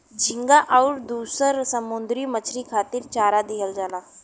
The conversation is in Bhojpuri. झींगा आउर दुसर समुंदरी मछरी खातिर चारा दिहल जाला